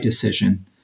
decision